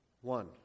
one